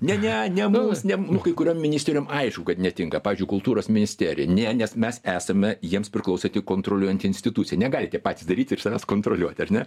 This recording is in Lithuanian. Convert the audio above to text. ne ne ne mus nem kai kuriom ministerijom aišku kad netinka pavyzdžiui kultūros ministerijai ne nes mes esame jiems priklausanti kontroliuojanti institucija negali tie patys daryti ir savęs kontroliuoti ar ne